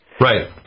Right